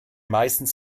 meistens